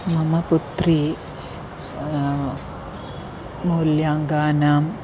मम पुत्री मूल्याङ्कानाम्